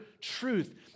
truth